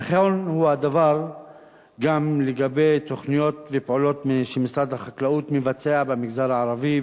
נכון הוא הדבר גם לגבי תוכניות ופעולות שמשרד החקלאות מבצע במגזר הערבי,